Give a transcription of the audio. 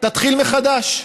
תתחיל מחדש,